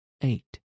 eight